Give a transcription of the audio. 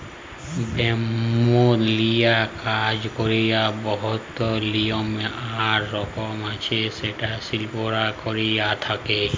bamboo লিয়ে কাজ ক্যরার বহুত লিয়ম আর রকম আছে যেট শিল্পীরা ক্যরে থ্যকে